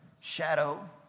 shadow